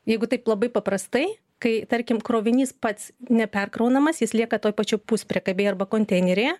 jeigu taip labai paprastai kai tarkim krovinys pats neperkraunamas jis lieka toj pačioj puspriekabėj arba konteineryje